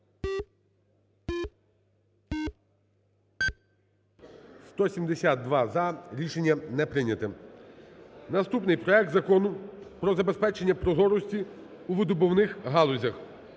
За-172 Рішення не прийнято. Наступний проект Закону про забезпечення прозорості у видобувних галузях